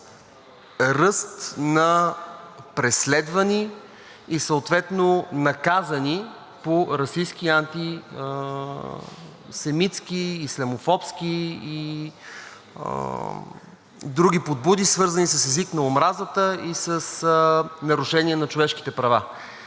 ръст на преследвани и съответно наказани по расистки, антисемитски, ислямофобски и други подбуди, свързани с език на омразата и с нарушения на човешките права.